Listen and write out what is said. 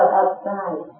outside